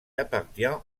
appartient